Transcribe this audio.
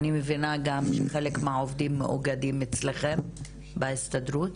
אני מבינה גם שחלק מהעובדים מאוגדים אצלכם בהסתדרות.